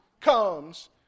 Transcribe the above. comes